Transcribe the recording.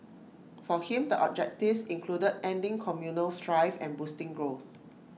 for him the objectives included ending communal strife and boosting growth